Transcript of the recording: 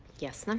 yes?